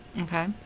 Okay